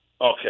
Okay